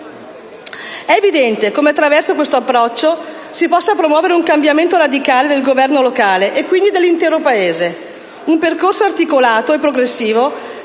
È evidente come, attraverso questo approccio, si possa promuovere un cambiamento radicale del governo locale e, quindi, dell'intero Paese. Un percorso articolato e progressivo